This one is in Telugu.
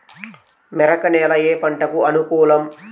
మెరక నేల ఏ పంటకు అనుకూలం?